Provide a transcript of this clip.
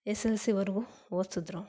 S L C ವರ್ಗು ಓದಿಸಿದ್ರು